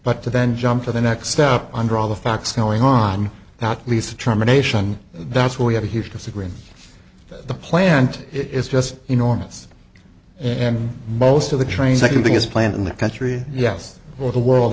but to then jump to the next step under all the facts going on not least the trauma nation that's where we have a huge disagreement the plant is just enormous and most of the train second thing is planned in the country yes or the world